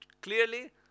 clearly